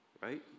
right